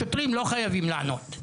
השוטרים לא חייבים לענות.